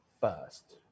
first